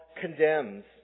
condemns